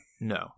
No